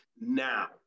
now